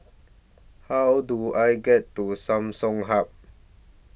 How Do I get to Samsung Hub